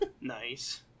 Nice